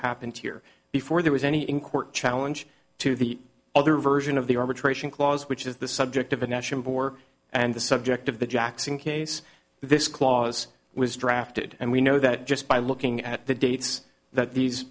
happened here before there was any in court challenge to the other version of the arbitration clause which is the subject of a national bore and the subject of the jackson case this clause was drafted and we know that just by looking at the dates that these